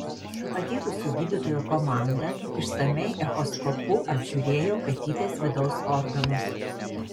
patyrusių gydytojų komanda išsamiai echoskopu apžiūrėjo katytės vidaus organus